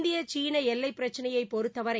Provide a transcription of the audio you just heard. இந்திய சீன எல்லைப் பிரச்சினையை பொறுத்தவரை